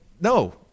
No